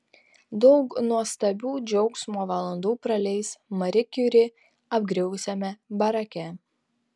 daug nuostabių džiaugsmo valandų praleis mari kiuri apgriuvusiame barake